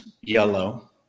yellow